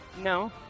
No